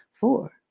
four